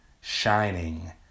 shining